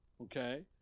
Okay